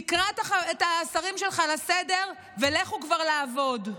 קרא את השרים שלך לסדר ולכו כבר לעבוד.